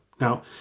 Now